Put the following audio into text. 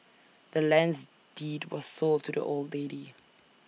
the land's deed was sold to the old lady